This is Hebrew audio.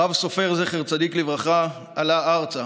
הרב סופר, זכר צדיק לברכה, עלה ארצה